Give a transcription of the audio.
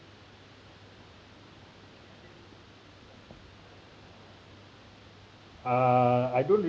uh I don't really